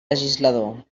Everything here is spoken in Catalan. legislador